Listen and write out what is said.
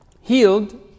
healed